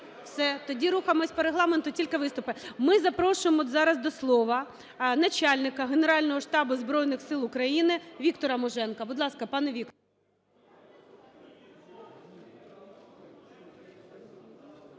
Все. Тоді рухаємося по Регламенту: тільки виступи. Ми запрошуємо зараз до слова начальника Генерального штабу Збройних Сил України Віктора Муженка. Будь ласка, пане Віктор.